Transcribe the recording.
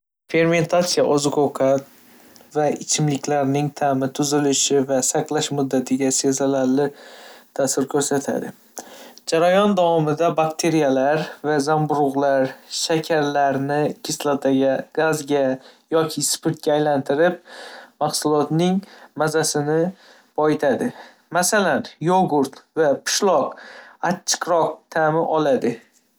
Fermentatsiya oziq-ovqat va ichimliklarning ta'mi, tuzilishi va saqlash muddatiga sezilarli ta'sir ko'rsatadi. Jarayon davomida bakteriyalar va zamburug'lar shakarlarni kislotaga, gazga yoki spirtga aylantirib, mahsulotning mazasini boyitadi, masalan, yogurt va pishloq achchiqroq ta'm oladi.